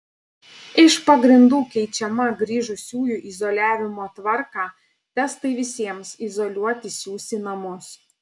iš pagrindų keičiama grįžusiųjų izoliavimo tvarką testai visiems izoliuotis siųs į namus